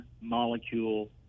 molecule